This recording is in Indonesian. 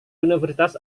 universitas